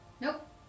Nope